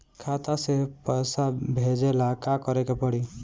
खाता से पैसा भेजे ला का करे के पड़ी?